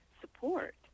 support